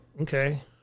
Okay